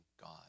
God